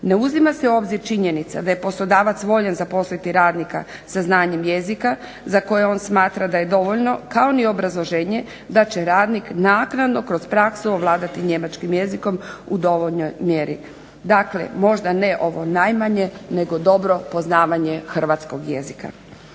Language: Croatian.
Ne uzima se u obzir činjenica da je poslodavac voljan zaposliti radnika sa znanjem jezika za koje on smatra da je dovoljno kao i ni obrazloženje da će radnik naknadno kroz praksu ovladati njemačkim jezikom u dovoljnoj mjeri. Dakle, možda ne ovo najmanje nego dobro poznavanje hrvatskog jezika.